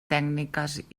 tècniques